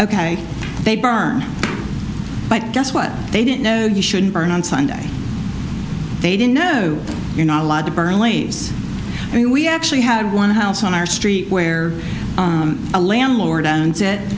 ok they burn but guess what they didn't know you shouldn't burn on sunday they didn't know you're not allowed to burn leaves and we actually had one house on our street where a landlord